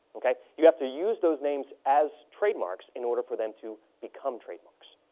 okay? you have to use those names as trademarks in order for them to become trademarks.